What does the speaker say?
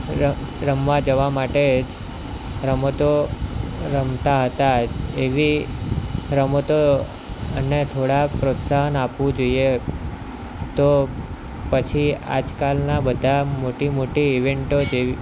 રમવા જવા માટે રમતો રમતા હતા એવી રમતો અને થોડાક પ્રોત્સાહન આપવું જોઈએ તો પછી આજકાલના બધા મોટી મોટી ઈવેન્ટો જેવી